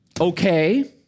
Okay